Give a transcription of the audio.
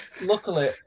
Luckily